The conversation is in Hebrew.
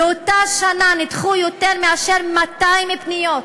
באותה שנה נדחו יותר מ-200 פניות,